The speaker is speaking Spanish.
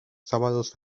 sábados